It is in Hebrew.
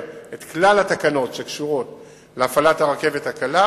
את כלל התקנות שקשורות להפעלת הרכבת הקלה.